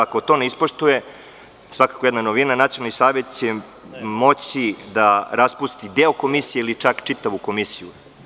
Ako to ne ispoštuje, svakako jedna novina, Nacionalni savet će moći da raspusti deo Komisije ili čak čitavu Komisiju.